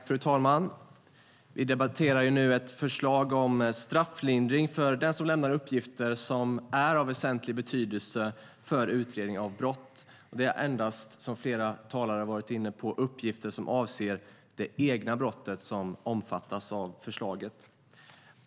Fru talman! Vi debatterar nu ett förslag om strafflindring för den som lämnar uppgifter som är av väsentlig betydelse för utredning av brott. Som flera talare varit inne på är det endast uppgifter som avser det egna brottet som omfattas av förslaget.